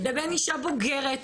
לבין אישה בוגרת,